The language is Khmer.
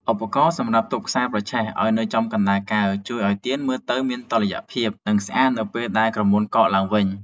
ឧបករណ៍សម្រាប់ទប់ខ្សែប្រឆេះឱ្យនៅចំកណ្ដាលកែវ ជួយឱ្យទៀនមើលទៅមានតុល្យភាព និងស្អាតនៅពេលដែលក្រមួនកកឡើងវិញ។